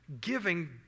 Giving